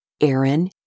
Aaron